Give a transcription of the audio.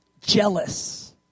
Jealous